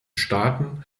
staaten